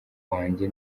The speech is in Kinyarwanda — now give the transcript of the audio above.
wanjye